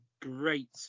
great